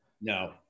No